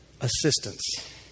assistance